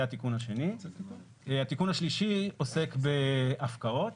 התיקון השלישי עוסק בהפקעות.